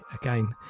again